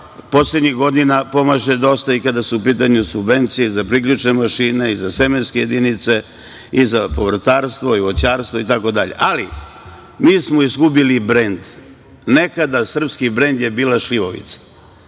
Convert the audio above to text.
poslednjih godina pomaže dosta i kada su u pitanju subvencije za priključne mašine i za semenske jedinice i za povrtarstvo i voćarstvo itd, ali, mi smo izgubili brend. Nekada je srpski brend bila šljivovica